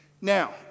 Now